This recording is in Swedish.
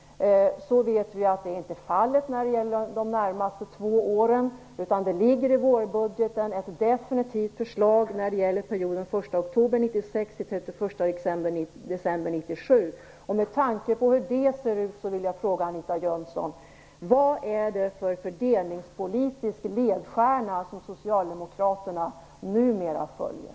Vi vet att så inte är fallet under de närmaste två åren, utan i vårbudgeten ligger ett definitivt förslag när det gäller perioden mellan den första oktober 1996 och den 31 december 1997. Med tanke på hur det förslaget ser ut vill jag fråga Anita Jönsson: Vad är det för fördelningspolitisk ledstjärna som Socialdemokraterna numera följer?